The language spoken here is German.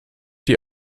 die